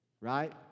right